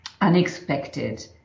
unexpected